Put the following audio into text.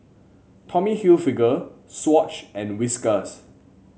Tommy Hilfiger Swatch and Whiskas